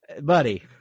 buddy